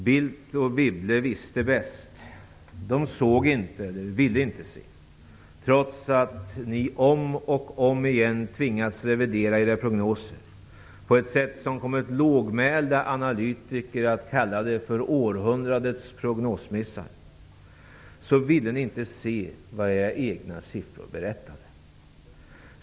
Bildt och Wibble visste bäst. De såg inte, eller ville inte se. Trots att ni om och om igen tvingats revidera era prognoser på ett sätt som kommit lågmälda analytiker att tala om århundradets prognosmissar, ville ni inte se vad era egna siffror berättade!